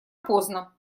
поздно